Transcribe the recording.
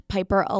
Piper